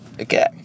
okay